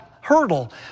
hurdle